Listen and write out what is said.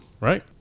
Right